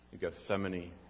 Gethsemane